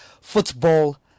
football